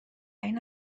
این